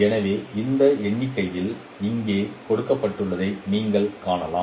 எனவே இந்த எண்ணிக்கையில் இங்கே கொடுக்கப்பட்டுள்ளதை நீங்கள் காணலாம்